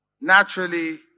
naturally